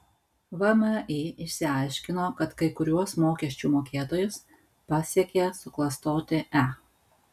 vmi išsiaiškino kad kai kuriuos mokesčių mokėtojus pasiekė suklastoti e